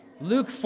Luke